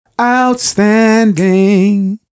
outstanding